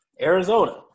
Arizona